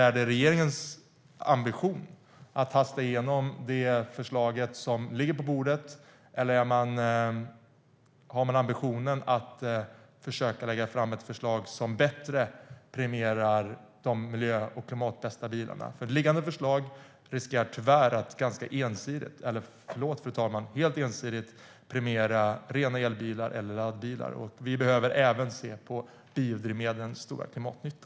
Är det regeringens ambition att hasta igenom det förslag som ligger på bordet, eller har man ambitionen att försöka lägga fram ett förslag som mer premierar de miljö och klimatbästa bilarna? Liggande förslag riskerar tyvärr att helt ensidigt premiera rena elbilar eller laddbilar. Vi behöver även se på biodrivmedlens stora klimatnytta.